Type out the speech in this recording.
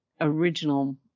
original